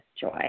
joy